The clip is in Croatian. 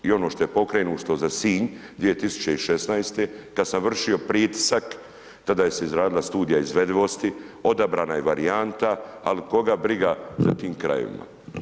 I ono što je pokrenuto za Sinj 2016. kad sam vršio pritisak, tada se je izradila studija izvedivosti, odabrana je varijanta, ali koga briga za tim krajevima.